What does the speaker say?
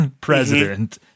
president